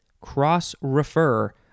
Cross-refer